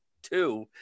two